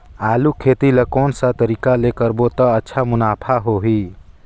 आलू खेती ला कोन सा तरीका ले करबो त अच्छा मुनाफा होही?